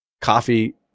coffee